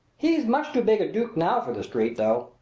he's much too big a duke now for the street, though.